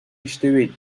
иштебейт